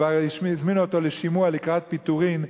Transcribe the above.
כבר הזמינו אותו לשימוע לקראת פיטורין,